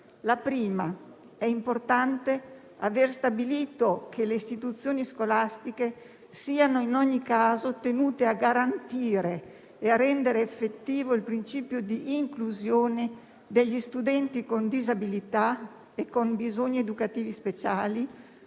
anzitutto è importante aver stabilito che le istituzioni scolastiche siano in ogni caso tenute a garantire e a rendere effettivo il principio di inclusione degli studenti con disabilità e con bisogni educativi speciali,